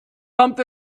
kommt